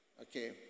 Okay